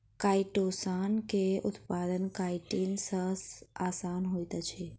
chitosan के उत्पादन chitin सॅ आसान होइत अछि